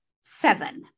Seven